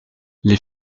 les